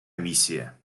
місія